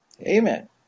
Amen